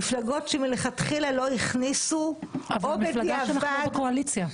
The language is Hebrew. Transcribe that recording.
מפלגות שמלכתחילה לא הכניסו או בדיעבד --- המפלגה שלך לא בקואליציה.